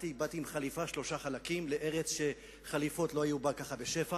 באתי עם חליפת שלושה חלקים לארץ שחליפות לא היו בה בשפע.